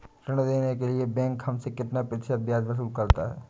ऋण देने के लिए बैंक हमसे कितना प्रतिशत ब्याज वसूल करता है?